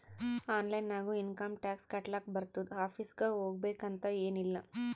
online ನಾಗು income tax ಕಟ್ಲಾಕ್ ಬರ್ತುದ್ ಆಫೀಸ್ಗ ಹೋಗ್ಬೇಕ್ ಅಂತ್ ಎನ್ ಇಲ್ಲ